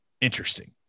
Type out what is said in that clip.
interesting